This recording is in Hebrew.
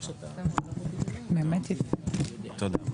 תודה.